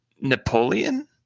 Napoleon